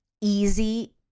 easy